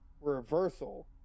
reversal